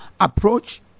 approach